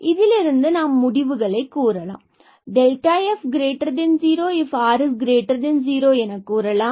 இதிலிருந்து நாம் முடிவுகளை f0ifr0 எனக் கூறலாம்